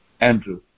Andrew